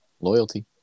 Loyalty